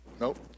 nope